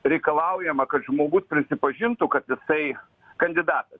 reikalaujama kad žmogus prisipažintų kad jisai kandidatas